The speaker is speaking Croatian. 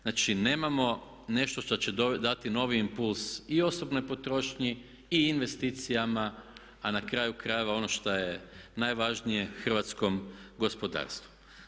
Znači, nemamo nešto što će dati novi impuls i osobnoj potrošnji i investicijama, a na kraju krajeva ono što je najvažnije hrvatskom gospodarstvu.